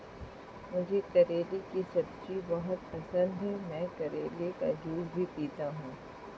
मुझे करेले की सब्जी बहुत पसंद है, मैं करेले का जूस भी पीता हूं